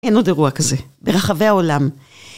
אין עוד אירוע כזה ברחבי העולם.